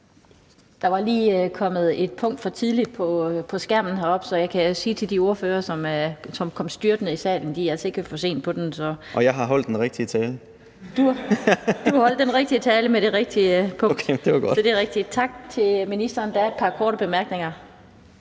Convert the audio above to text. Der var lige kommet et punkt for tidligt på skærmen heroppe, så jeg kan sige til de ordførere, som kom styrtende i salen, at de altså ikke er for sent på den. (Erhvervsministeren (Simon Kollerup): Og jeg har holdt den rigtige tale). Du holdt den rigtige tale under det rigtige punkt, så det er rigtigt. Tak til ministeren. Der er et par korte bemærkninger.